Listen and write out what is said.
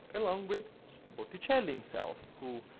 along with botticelli himself, who,